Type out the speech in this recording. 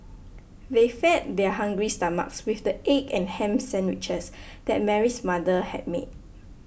they fed their hungry stomachs with the egg and ham sandwiches that Mary's mother had made